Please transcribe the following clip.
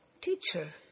Teacher